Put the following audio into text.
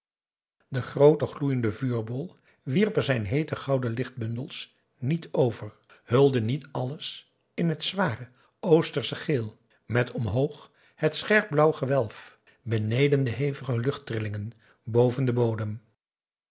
de groote gloeiende vuurbol wierp er zijn heete gouden lichtbundels niet over hulde niet alles in het zware oostersche geel met omhoog het scherp blauw gewelf beneden de hevige luchttrillingen boven den bodem